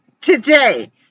today